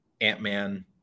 Ant-Man